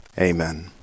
Amen